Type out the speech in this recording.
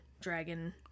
dragon